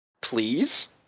please